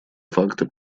факты